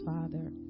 Father